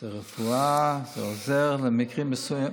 זה רפואה, זה עוזר במקרים מסוימים,